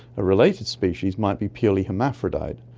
a related species might be purely hermaphrodite.